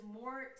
more